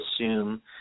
assume